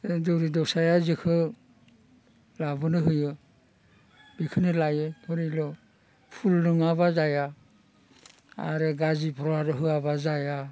दौरि दौसाया जेखौ लाबोनो होयो बेखौनो लायो धरिल' फुल नङाबा जाया आरो गाज्रि प्रहाद होयाबा जाया